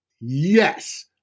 Yes